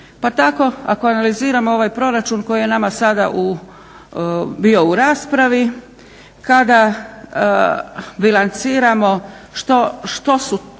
Pa tako ako analiziramo ovaj proračun koji je nam sada bio u raspravi, kada bilanciramo što je to